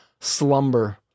slumber